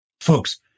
Folks